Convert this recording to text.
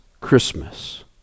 Christmas